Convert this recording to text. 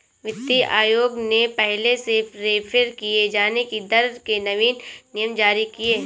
वित्तीय आयोग ने पहले से रेफेर किये जाने की दर के नवीन नियम जारी किए